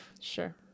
Sure